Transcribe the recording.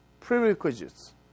prerequisites